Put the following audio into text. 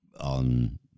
on